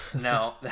no